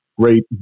great